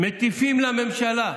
ומטיפים לממשלה,